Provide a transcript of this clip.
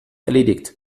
erledigt